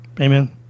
Amen